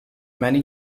many